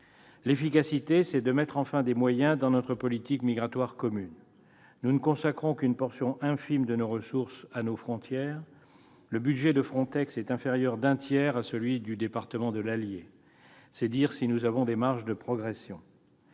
L'efficacité, c'est mettre enfin des moyens dans notre politique migratoire commune. Nous ne consacrons qu'une portion infime de nos ressources à nos frontières. Le budget de FRONTEX est inférieur d'un tiers à celui du département de l'Allier : c'est dire si nous avons des marges de progression